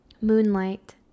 Moonlight